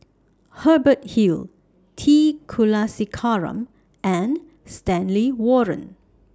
Hubert Hill T Kulasekaram and Stanley Warren